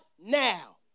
now